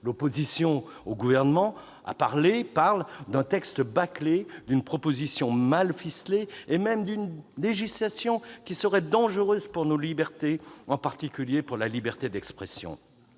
L'opposition au Gouvernement parle d'un texte bâclé, d'une proposition mal ficelée et même d'une législation qui serait dangereuse pour nos libertés, en particulier pour la liberté d'expression.